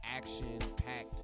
action-packed